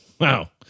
Wow